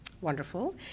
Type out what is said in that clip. Wonderful